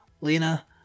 Lena